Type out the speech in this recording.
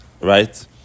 Right